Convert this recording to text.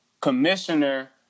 commissioner